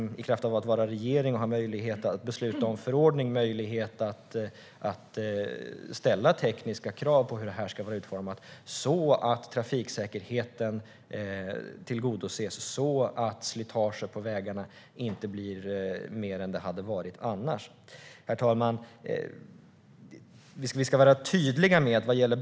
I kraft av regering som beslutar om förordningar har man ju möjlighet att ställa tekniska krav så att trafiksäkerheten tillgodoses och så att det inte blir mer slitage på vägarna än vad det hade varit annars. Herr talman!